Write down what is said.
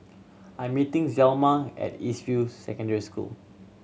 I am meeting Zelma at East View Secondary School